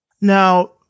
Now